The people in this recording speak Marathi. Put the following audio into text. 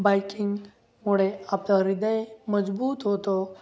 बाईकिंगमुळे आपलं हृदय मजबूत होतो